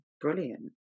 brilliant